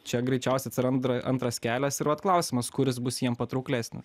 čia greičiausia atsirandra antras kelias ir vat klausimas kuris bus jiem patrauklesnis